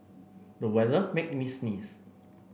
the weather made me sneeze